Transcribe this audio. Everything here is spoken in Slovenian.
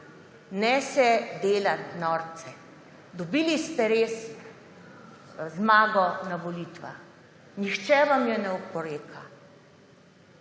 Ne se delati norce! Dobili ste res zmago na volitvah. Nihče vam je ne oporeka.